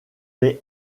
les